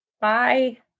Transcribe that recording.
Bye